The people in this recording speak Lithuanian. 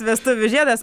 vestuvių žiedas